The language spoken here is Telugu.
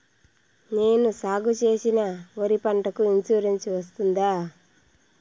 నేను సాగు చేసిన వరి పంటకు ఇన్సూరెన్సు వస్తుందా?